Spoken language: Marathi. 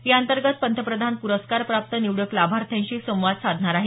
याअंतर्गत पंतप्रधान प्रस्कारप्राप्त निवडक लाभार्थ्यांशी संवाद साधणार आहेत